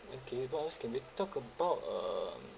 okay what else can we talk about um